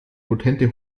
potente